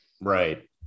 right